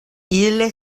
ille